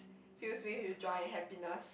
fills me with joy and happiness